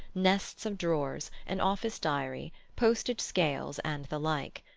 nests of drawers, an office diary, postage scales and the like.